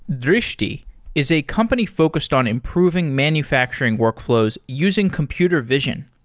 drishti is a company focused on improving manufacturing workflows using computer vision.